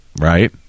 right